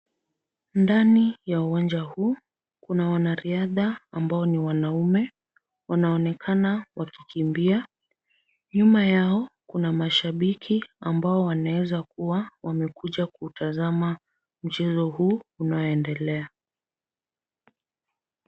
Ndani ya uwanja huu kuna wanariadha ambao ni wanaume. Wanaonekana wakikimbia. Nyuma yao kuna mashabiki ambao wanaweza kuwa wamekuja kuutazama mchezo huu unaoendelea.